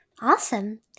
Awesome